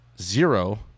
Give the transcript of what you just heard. zero